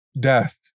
Death